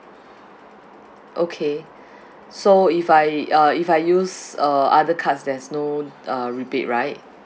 okay so if I uh if I use uh other cards there's no uh rebate right